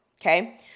okay